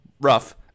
rough